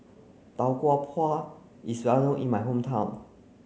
Tau Kwa Pau is well known in my hometown